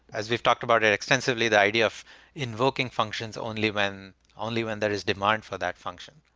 as we've talked about it extensively, the idea of invoking functions only when only when there is demand for that function.